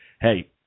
hey